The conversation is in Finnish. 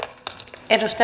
arvoisa